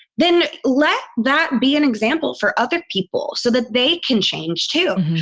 then let that be an example for other people so that they can change, too.